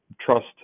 trust